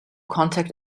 contact